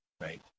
right